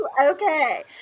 Okay